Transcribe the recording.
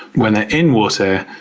when they're in water,